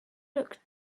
look